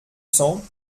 cents